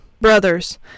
Brothers